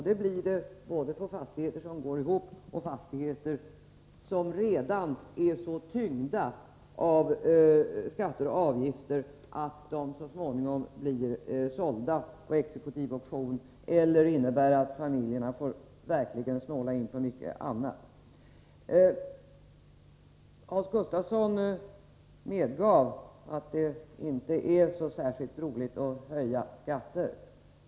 Det gäller både fastigheter som ekonomiskt går ihop och fastigheter som är så tyngda av skatter och avgifter att de så småningom måste säljas på exekutiv auktion — eller alternativt drabbar familjerna så hårt att de verkligen får snåla in på många områden. Hans Gustafsson medgav att det inte är särskilt roligt att höja skatter.